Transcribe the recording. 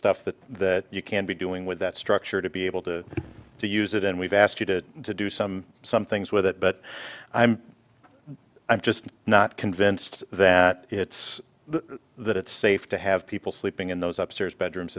stuff that you can be doing with that structure to be able to to use it and we've asked you to do some some things with it but i'm i'm just not convinced that it's that it's safe to have people sleeping in those upstairs bedrooms